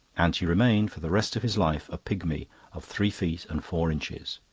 and he remained for the rest of his life a pigmy of three feet and four inches.